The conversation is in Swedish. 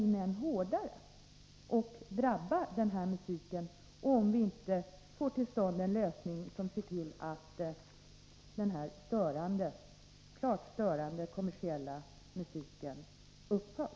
Risken är att ingripandet blir hårdare om vi inte får till stånd en lösning som innebär att den klart störande kommersiella musiken upphör.